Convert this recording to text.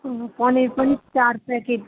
पनिर पनि चार प्याकेट